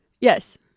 Yes